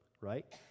right